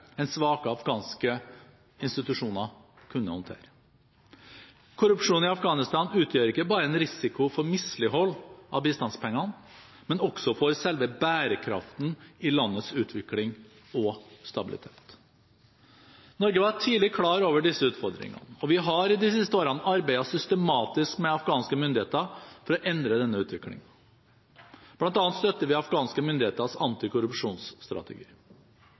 svake afghanske institusjoner kunne håndtere. Korrupsjonen i Afghanistan utgjør ikke bare en risiko for mislighold av bistandspengene, men også for selve bærekraften i landets utvikling og stabilitet. Norge var tidlig klar over disse utfordringene, og vi har de siste årene arbeidet systematisk med afghanske myndigheter for å endre denne utviklingen. Blant annet støtter vi afghanske myndigheters